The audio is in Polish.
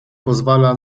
pozwala